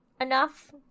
enough